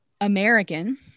American